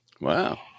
Wow